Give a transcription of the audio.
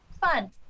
fun